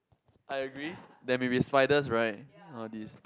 I agree there maybe spiders right all these